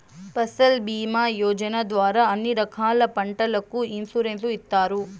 ఫసల్ భీమా యోజన ద్వారా అన్ని రకాల పంటలకు ఇన్సురెన్సు ఇత్తారు